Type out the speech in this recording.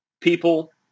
people